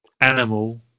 animal